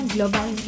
Global